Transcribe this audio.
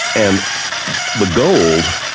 and the gold,